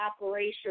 operation